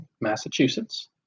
Massachusetts